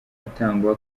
atangwa